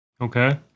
Okay